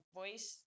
voice